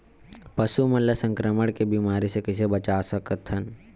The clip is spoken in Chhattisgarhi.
पशु मन ला संक्रमण के बीमारी से कइसे बचा सकथन?